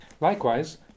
Likewise